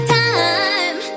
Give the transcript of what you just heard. time